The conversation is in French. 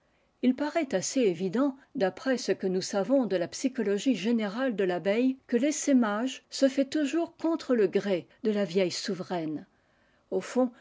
il paraît assez évident d'après ce que nous savons de la psychologie générale de l'abeille que l'essaimage se fait toujours contre le gré de la vieille souveraine au fond